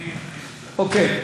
אוקיי,